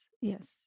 Yes